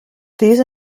these